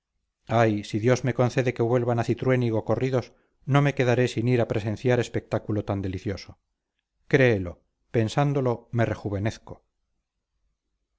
ay si dios me concede que vuelvan a cintruénigo corridos no me quedaré sin ir a presenciar espectáculo tan delicioso créelo pensándolo me rejuvenezco